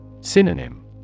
Synonym